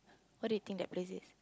what do you think that place is